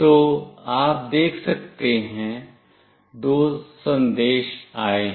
तो आप देख सकते हैं दो संदेश आए हैं